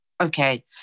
Okay